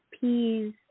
peas